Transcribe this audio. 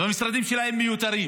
והמשרדים שלהם מיותרים.